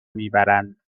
میبرند